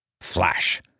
Flash